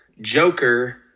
Joker